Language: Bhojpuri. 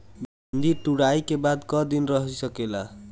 भिन्डी तुड़ायी के बाद क दिन रही सकेला?